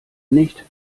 nicht